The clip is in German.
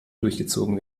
durchgezogen